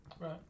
Right